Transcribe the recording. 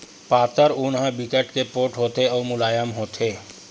पातर ऊन ह बिकट के पोठ होथे अउ मुलायम होथे